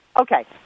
Okay